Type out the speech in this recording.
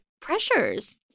pressures